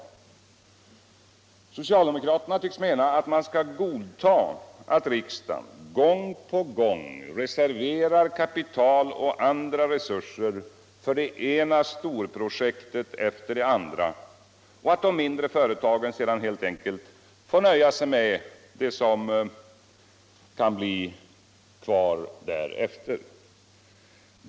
Socialdemokraterna tycks mena att man skall godta att riksdagen gång på gång reserverar kapital och andra resurser för det ena storprojektet efter det andra och att de mindre företagen sedan helt enkelt får nöja sig med det som kan bli kvar därefter.